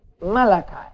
Malachi